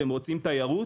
אתם רוצים תיירות